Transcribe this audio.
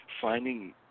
finding